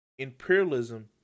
imperialism